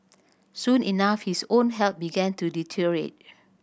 soon enough his own health began to deteriorate